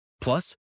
Plus